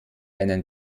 einen